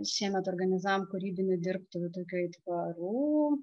šiemet organizavom kūrybinių dirbtuvių tokių aitvarų